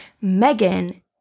Megan